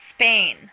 Spain